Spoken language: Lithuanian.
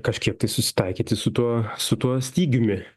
kažkiek tai susitaikyti su tuo su tuo stygiumi